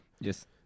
Yes